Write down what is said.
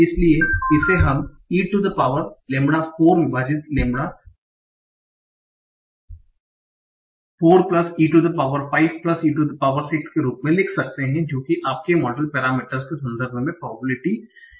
इसलिए इसे हम e to the power lambda 4 विभाजित lambda 4 e to the power lambda 5 e to the power lambda 6 के रूप में लिख सकते हैं जो कि आपके मॉडल पैरामीटरस के संदर्भ में प्रोबेबिलिटी D